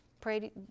Pray